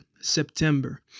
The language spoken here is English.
September